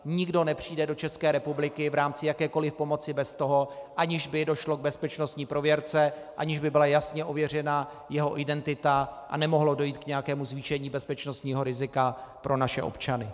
Nikdo nepřijde do České republiky v rámci jakékoli pomoci bez toho, aniž by došlo k bezpečnostní prověrce, aniž by byla jasně ověřena jeho identita, a nemohlo dojít k nějakému zvýšení bezpečnostního rizika pro naše občany.